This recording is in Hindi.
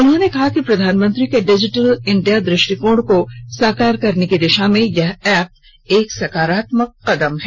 उन्होंने कहा कि प्रधानमंत्री के डिजिटल इंडिया दृष्टिकोण को साकार करने की दिशा में यह ऐप एक सकारात्मक कदम है